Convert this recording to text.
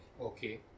Okay